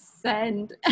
send